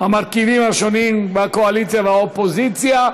המרכיבים השונים בקואליציה ובאופוזיציה.